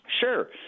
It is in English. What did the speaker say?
Sure